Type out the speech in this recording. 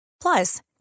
Plus